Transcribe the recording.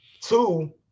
two